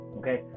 okay